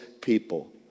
people